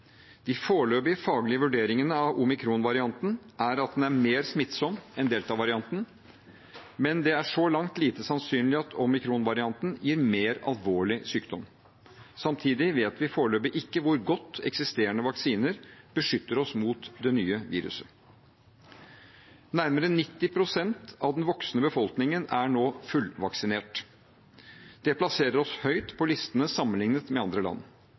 De foreløpige faglige vurderingene av omikronvarianten er at den er mer smittsom enn deltavarianten, men det er så langt lite sannsynlig at omikronvarianten gir mer alvorlig sykdom. Samtidig vet vi foreløpig ikke hvor godt eksisterende vaksiner beskytter oss mot det nye viruset. Nærmere 90 pst. av den voksne befolkningen er nå fullvaksinert. Det plasserer oss høyt på listene sammenlignet med andre land.